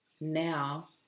now